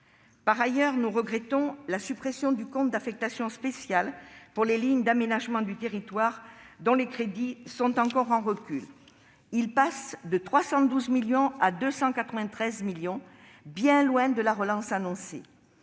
Par ailleurs, nous regrettons la suppression du compte d'affection spéciale pour les lignes d'aménagement du territoire, dont les crédits sont encore en recul. Ils passent ainsi de 312 millions à 293 millions d'euros, bien loin de la relance annoncée.